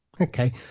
Okay